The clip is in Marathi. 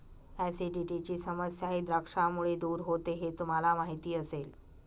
ऍसिडिटीची समस्याही द्राक्षांमुळे दूर होते हे तुम्हाला माहिती असेल